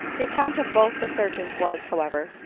the account of both the surgeons was, however,